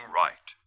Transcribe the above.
right